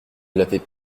l’avaient